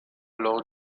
lors